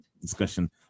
discussion